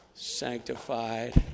Sanctified